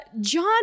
John